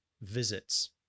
visits